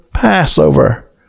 Passover